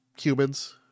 humans